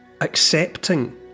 accepting